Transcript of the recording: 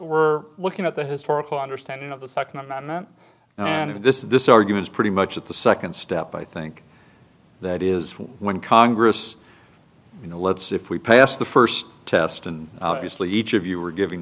we're looking at the historical understanding of the second amendment and this is this argument is pretty much at the second step i think that is when congress you know let's see if we passed the first test and each of you were giving